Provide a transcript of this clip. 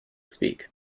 speak